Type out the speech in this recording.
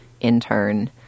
intern